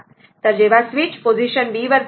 जेव्हा switch position b मध्ये आहे येथे पोझिशन b ला आहे